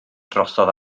drosodd